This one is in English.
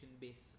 base